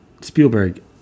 Spielberg